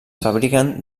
fabriquen